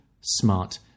smart